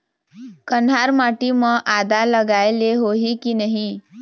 कन्हार माटी म आदा लगाए ले होही की नहीं?